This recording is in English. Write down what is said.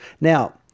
Now